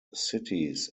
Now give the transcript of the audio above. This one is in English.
cities